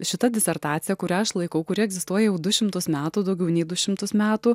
šita disertacija kurią aš laikau kuri egzistuoja jau du šimtus metų daugiau nei du šimtus metų